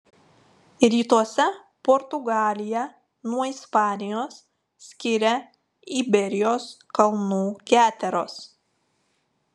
rytuose portugaliją nuo ispanijos skiria iberijos kalnų keteros